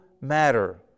matter